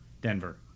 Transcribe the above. Denver